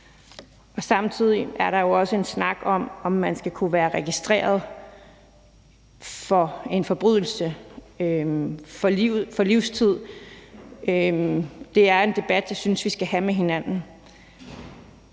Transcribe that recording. Samtidig er der også en snak om, om man skal kunne være registreret for en forbrydelse for livstid. Det er en debat, jeg synes vi skal have med hinanden.